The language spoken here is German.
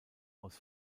aus